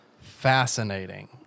Fascinating